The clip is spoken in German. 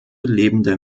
lebende